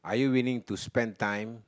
are you willing to spend time